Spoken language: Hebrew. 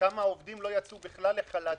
וכמה עובדים לא יצאו בכלל לחל"ת,